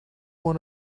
want